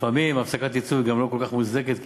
לפעמים הפסקת התקצוב גם לא כל כך מוצדקת,